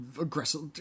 aggressive